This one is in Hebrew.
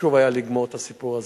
חשוב היה לגמור את הסיפור הזה,